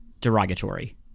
derogatory